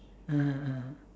(uh huh) (uh huh)